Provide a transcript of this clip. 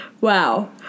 Wow